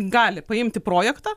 gali paimti projektą